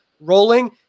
Rolling